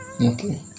Okay